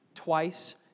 Twice